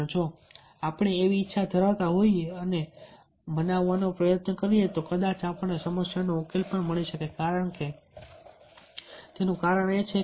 પણ જો આપણે એવી ઈચ્છા ધરાવતા હોઈએ અને મનાવવાનો પ્રયત્ન કરીએ તો કદાચ આપણને સમસ્યાનો ઉકેલ પણ મળી શકેકારણ કે તે છે